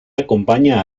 acompaña